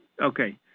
Okay